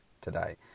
today